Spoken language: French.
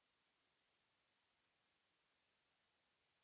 Merci